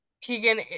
Keegan